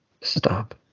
Stop